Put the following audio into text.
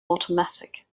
automatic